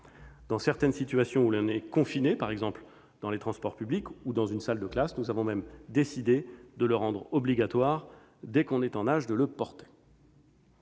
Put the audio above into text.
Dans certaines situations où l'on est confiné, par exemple dans les transports publics ou dans une salle de classe, nous avons même décidé de le rendre obligatoire, dès que l'on est en âge de le porter.